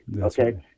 Okay